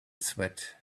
sweat